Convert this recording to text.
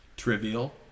trivial